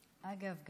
אגב,